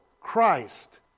Christ